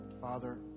Father